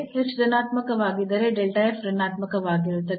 h ಧನಾತ್ಮಕವಾಗಿದ್ದರೆ ಋಣಾತ್ಮಕವಾಗಿರುತ್ತದೆ